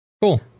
Cool